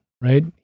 right